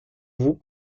vous